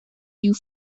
you